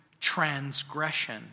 transgression